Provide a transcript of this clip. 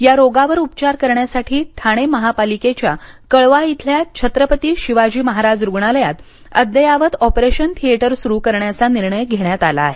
या रोगावर उपचार करण्यासाठी ठाणे महापालिकेच्या कळवा इथल्या छत्रपती शिवाजी महाराज रुग्णालयात अद्ययावत ऑपरेशन थिएटर सुरू करण्याचा निर्णय घेण्यात आला आहे